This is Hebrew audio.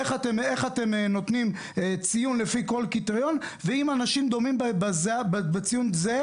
איך אתם נותנים את הציון ואיך אתם מתעדפים בין ציונים דומים?